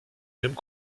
mêmes